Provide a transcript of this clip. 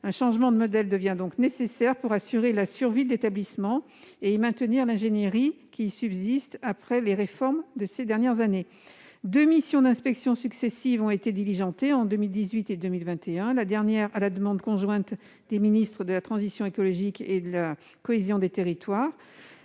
un changement de modèle devient nécessaire pour assurer la survie de l'établissement et y maintenir l'ingénierie qui y subsiste après les réformes de ces dernières années. Deux missions d'inspection successives ont été diligentées, en 2018 et 2021, la dernière à la demande conjointe de la ministre de la transition écologique et de la ministre de la cohésion des territoires,